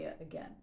again